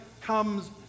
comes